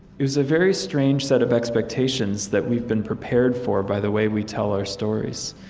it was a very strange set of expectations that we've been prepared for by the way we tell our stories.